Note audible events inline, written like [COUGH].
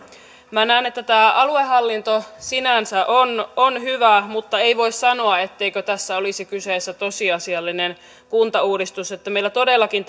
minä näen että tämä aluehallinto sinänsä on on hyvä mutta ei voi sanoa etteikö tässä olisi kyseessä tosiasiallinen kuntauudistus meillä todellakin [UNINTELLIGIBLE]